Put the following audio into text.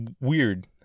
weird